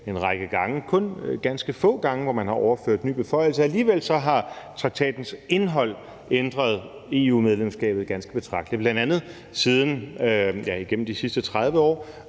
en række gange. Det er kun ganske få gange, hvor man har overført nye fornøjelser. Alligevel har traktatens indhold ændret EU-medlemskabet ganske betragteligt, bl.a. igennem de sidste 30 år,